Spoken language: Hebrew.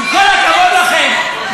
עם כל הכבוד לכם,